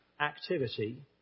activity